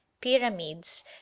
pyramids